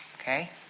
Okay